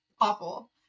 awful